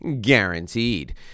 guaranteed